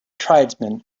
tribesmen